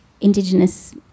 indigenous